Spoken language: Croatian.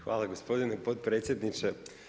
Hvala gospodine potpredsjedniče.